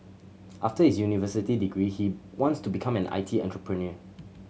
after his university degree he wants to become an I T entrepreneur